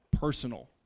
personal